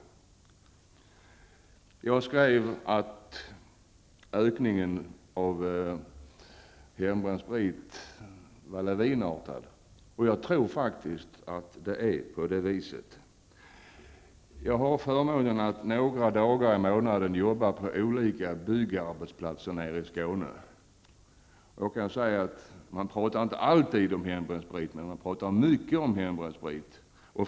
Jag skrev i min interpellation att ökningen av hembränningen var lavinartad, och jag tror faktiskt att det är på det viset. Jag har förmånen att några dagar i månaden jobba på olika byggarbetsplatser nere i Skåne, och jag kan säga att man inte alltid men ofta pratar om hembränd sprit.